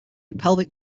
pelvic